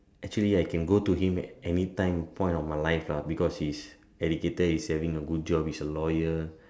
actually I can go to him at any time point of my life ah he is educated he have a good job he is a lawyer